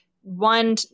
one